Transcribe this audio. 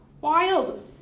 wild